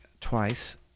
twice